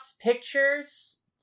pictures